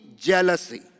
jealousy